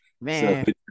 Man